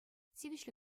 тивӗҫлӗ